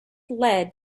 led